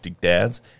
Dads